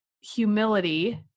humility